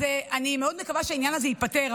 אז אני מאוד מקווה שהעניין הזה ייפתר,